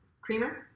creamer